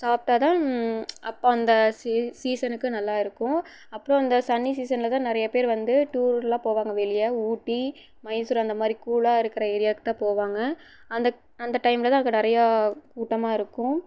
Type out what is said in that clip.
சாப்பிட்டாதான் அப்போ அந்த சீ சீசனுக்கு நல்லா இருக்கும் அப்புறம் அந்த சன்னி சீசனில்தான் நிறைய பேர் வந்து டூரெலாம் போவாங்க வெளியே ஊட்டி மைசூர் அந்த மாதிரி கூலாக இருக்க ஏரியாவுக்குதான் போவாங்க அந்த அந்த டைமில்தான் அங்கே நிறையா கூட்டமாக இருக்கும்